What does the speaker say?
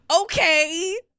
Okay